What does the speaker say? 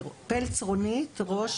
נפגע העבירה יכול